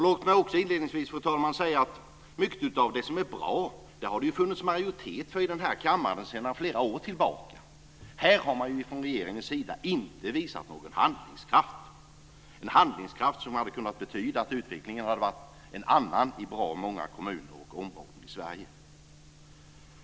Låt mig också inledningsvis få säga, fru talman, att mycket av det som är bra har det funnits majoritet för i den här kammaren sedan flera år tillbaka. Man har från regeringens sida på de punkterna inte visat någon handlingskraft som hade kunnat leda till en annan utveckling i bra många kommuner och områden i Sverige.